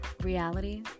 reality